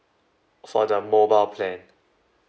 for the mobile plan